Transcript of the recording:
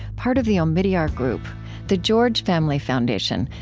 part of the omidyar group the george family foundation,